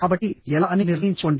కాబట్టి ఎలా అని నిర్ణయించుకోండి